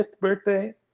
birthday